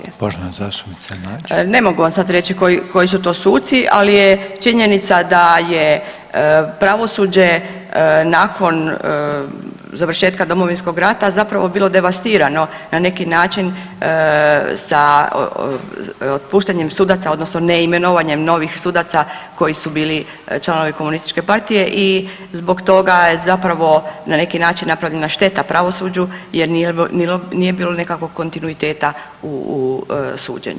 Ne mogu vam sada reći koji su to suci, ali je činjenica da je pravosuđe nakon završetka Domovinskog rata zapravo bilo devastirano na neki način sa otpuštanjem sudaca odnosno neimenovanjem novih sudaca koji su bili članovi komunističke partije i zbog toga je zapravo na neki način napravljena šteta pravosuđu jer nije bilo nekakvog kontinuiteta u suđenju.